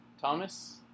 Thomas